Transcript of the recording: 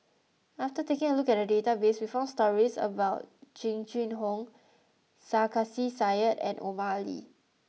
after taking a look at the database we found stories about Jing Jun Hong Sarkasi Said and Omar Ali